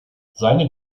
seine